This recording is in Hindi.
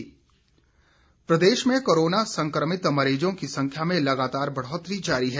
कोविड अपडेट प्रदेश में कोरोना संक्रमित मरीजों की संख्या में लगातार बढ़ोतरी जारी है